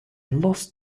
lost